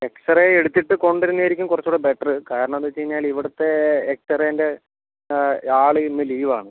x-ray എടുത്തിട്ട് കൊണ്ടുവരുന്നത് ആയിരിക്കും കുറച്ച് കൂടെ ബെറ്ററ് കാരണം എന്താന്ന് വെച്ച് കഴിഞ്ഞാൽ ഇവിടുത്തെ എക്സ്റേൻ്റെ ആൾ ഇന്ന് ലീവാണ്